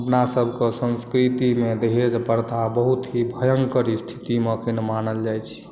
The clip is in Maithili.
अपना सबके संस्कृति मे दहेज प्रथा बहुत ही भयंकर स्थिति मे अखन मानल जाइत छै